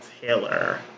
Taylor